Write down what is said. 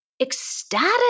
ecstatic